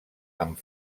amb